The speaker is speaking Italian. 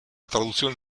traduzione